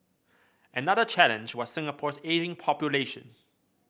another challenge was Singapore's ageing population